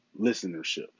listenership